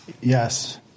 Yes